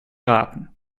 raten